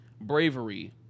bravery